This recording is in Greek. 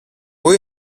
πού